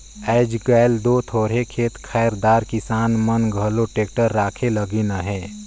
आएज काएल दो थोरहे खेत खाएर दार किसान मन घलो टेक्टर राखे लगिन अहे